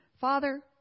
Father